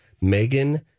Megan